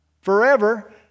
forever